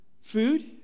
food